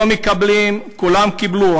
לא מקבלים, כולם קיבלו.